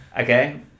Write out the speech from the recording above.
okay